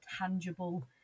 tangible